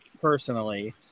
personally